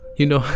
you know.